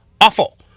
awful